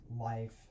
life